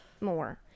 More